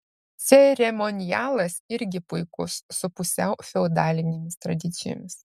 ceremonialas irgi puikus su pusiau feodalinėmis tradicijomis